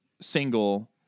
single